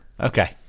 Okay